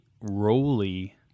Roly